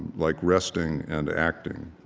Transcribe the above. like resting and acting.